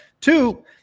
Two